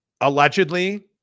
allegedly